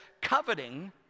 coveting